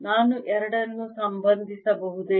ನಾನು ಎರಡನ್ನು ಸಂಬಂಧಿಸಬಹುದೇ